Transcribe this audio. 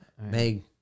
Meg